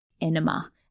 Enema